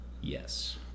Yes